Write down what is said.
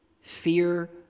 Fear